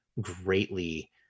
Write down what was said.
greatly